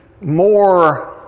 more